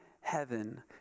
heaven